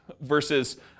Versus